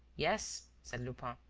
yes, said lupin,